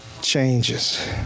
changes